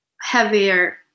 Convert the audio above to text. heavier